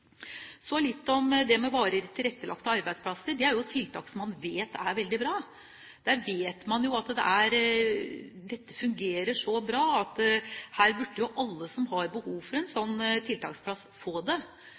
Så litt om varig tilrettelagte arbeidsplasser. Dette er tiltak som man vet er veldig bra, og som man vet fungerer så bra at alle som har behov for en slik tiltaksplass, burde få det.